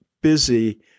busy